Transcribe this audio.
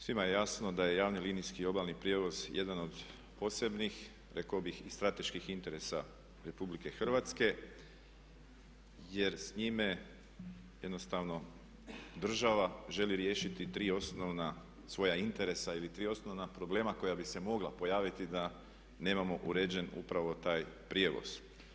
Svima je jasno da je javni linijski obalni prijevoz jedan od posebnih rekao bih i strateških interesa Republike Hrvatske jer s njime jednostavno država želi riješiti tri osnovna svoja interesa ili tri osnovna problema koja bi se mogla pojaviti da nemamo uređen upravo taj prijevoz.